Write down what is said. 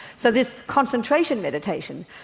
so this concentration meditation,